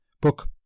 book